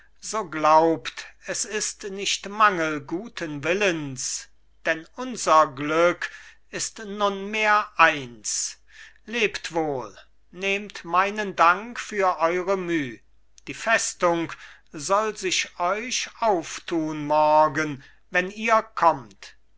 so glaubt es ist nicht mangel guten willens denn unser glück ist nunmehr eins lebt wohl nehmt meinen dank für eure müh die festung soll sich euch auftun morgen wenn ihr kommt